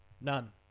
None